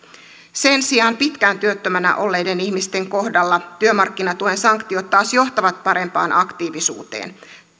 sen sijaan pitkään työttömänä olleiden ihmisten kohdalla työmarkkinatuen sanktiot taas johtavat parempaan aktiivisuuteen